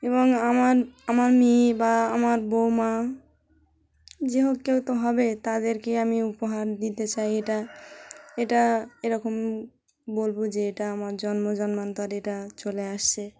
এবং আমার আমার মেয়ে বা আমার বউমা যে হোক কেউ তো হবে তাদেরকে আমি উপহার দিতে চাই এটা এটা এরকম বলব যে এটা আমার জন্ম জন্মান্তর এটা চলে আসছে